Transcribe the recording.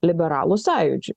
liberalų sąjūdžiu